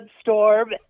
storm